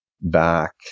back